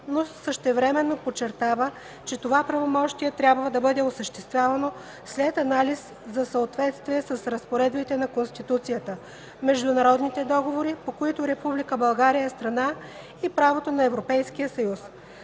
но същевременно подчертава, че това правомощие трябва да бъде осъществявано след анализ за съответствие с разпоредбите на Конституцията, международните договори, по които Република България е страна, и правото на Европейския съюз.